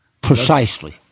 precisely